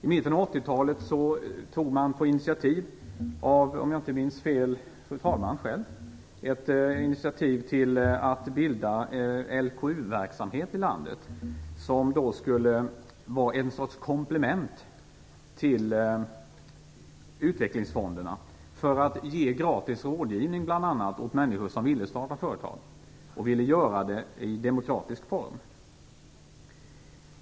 I mitten av 80-talet tog man på förslag från, om jag inte minns fel, fru talmannen själv initiativ till att bilda LKU-verksamhet i landet som skulle vara ett sorts komplement till utvecklingsfonderna för att ge bl.a. gratis rådgivning åt människor som ville starta företag och ville göra det i demokratisk form.